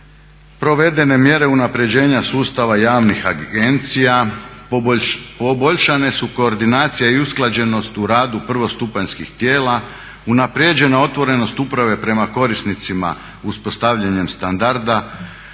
provedene mjere unapređenja sustava javnih agencija, poboljšane su koordinacija i usklađenost u radu prvostupanjskih tijela, unaprijeđena otvorenost uprave prema korisnicima uspostavljanjem standarda,